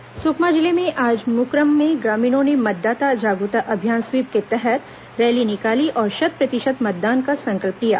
SVEEP कार्यक्रम सुकमा जिले में आज ग्राम मुकरम के ग्रामीणों ने मतदाता जागरूकता अभियान स्वीप के तहत रैली निकाली और शत प्रतिशत मतदान का संकल्प लिया